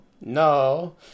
no